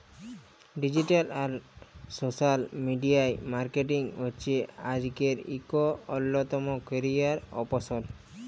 digital আর social media marketing হছে আইজকের ইক অল্যতম ক্যারিয়ার অপসল